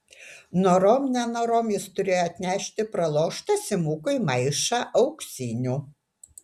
norom nenorom jis turėjo atnešti praloštą simukui maišą auksinių